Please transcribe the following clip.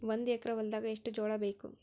ಒಂದು ಎಕರ ಹೊಲದಾಗ ಎಷ್ಟು ಜೋಳಾಬೇಕು?